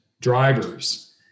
drivers